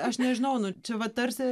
aš nežinau nu čia va tarsi